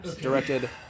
directed